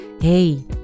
Hey